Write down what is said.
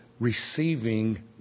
Receiving